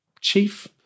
chief